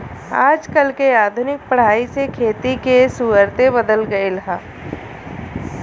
आजकल के आधुनिक पढ़ाई से खेती के सुउरते बदल गएल ह